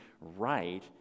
right